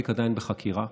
התיק עדיין בחקירה.